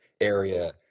area